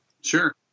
Sure